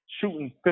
shooting